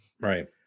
Right